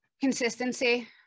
Consistency